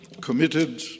committed